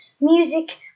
music